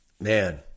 man